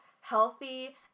healthy